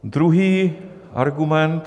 Druhý argument.